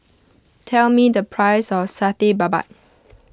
tell me the price of Satay Babat